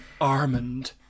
Armand